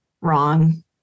wrong